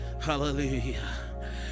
Hallelujah